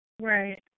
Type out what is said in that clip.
Right